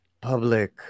public